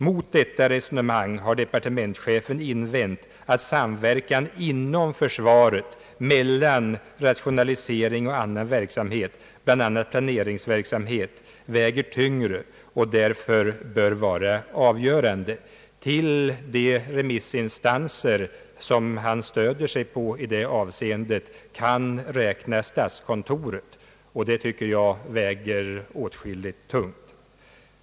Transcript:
Mot detta resonemang har departementschefen invänt att samverkan inom försvaret mellan rationalisering och annan verksamhet, bl.a. planeringsverksamhet, väger tyngre och därför bör vara avgörande. Till de remissinstanser som han i detta avseende stöder sig på kan räknas statskontoret, och det väger enligt min uppfattning ganska tungt.